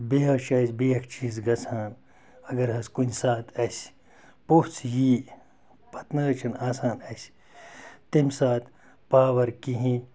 بیٚیہِ حظ چھِ اَسہِ بیٚاکھ چیٖز گژھان اگر حظ کُنہِ ساتہٕ اَسہِ پوٚژھ یی پَتہٕ نہ حظ چھِنہٕ آسان اَسہِ تمہِ ساتہٕ پاوَر کِہیٖنۍ